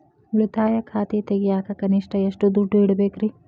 ಉಳಿತಾಯ ಖಾತೆ ತೆಗಿಯಾಕ ಕನಿಷ್ಟ ಎಷ್ಟು ದುಡ್ಡು ಇಡಬೇಕ್ರಿ?